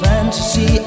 Fantasy